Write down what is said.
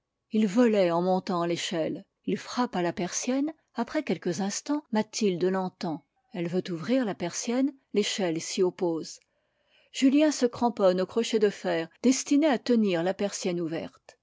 il volait en montant l'échelle il frappe à la persienne après quelques instants mathilde l'entend elle veut ouvrir la persienne l'échelle s'y oppose julien se cramponne au crochet de fer destiné à tenir la persienne ouverte